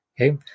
Okay